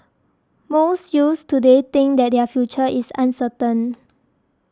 most youths today think that their future is uncertain